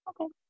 Okay